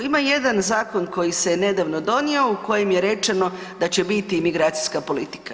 Ima jedan zakon koji se nedavno donio u kojem je rečeno da će biti imigracijska politika.